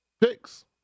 picks